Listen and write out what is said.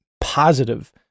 positive